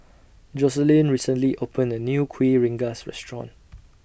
Joseline recently opened A New Kuih Rengas Restaurant